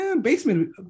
Basement